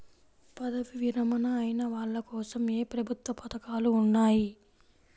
పదవీ విరమణ అయిన వాళ్లకోసం ఏ ప్రభుత్వ పథకాలు ఉన్నాయి?